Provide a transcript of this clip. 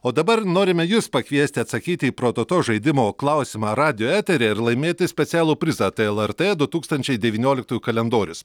o dabar norime jus pakviesti atsakyti į prototo žaidimo klausimą radijo eteryje ir laimėti specialų prizą tai lrt du tūkstančiai devynioliktųjų kalendorius